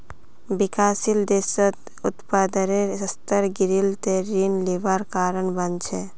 विकासशील देशत उत्पादेर स्तर गिरले त ऋण लिबार कारण बन छेक